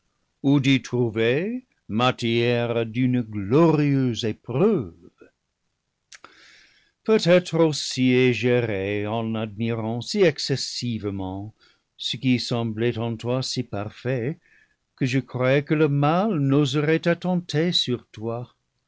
ou d'y trouver matière d'une glorieuse épreuve peut-être aussi ai-je erré en admirant si excessivement ce qui semblait en toi si parfait que je croyais que le mal n'oserait attenter sur toi